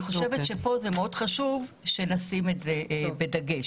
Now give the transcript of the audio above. חושבת שכאן זה מאוד חשוב שנשים את זה בדגש.